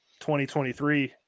2023